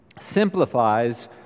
simplifies